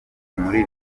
muri